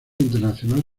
internacional